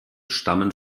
stammen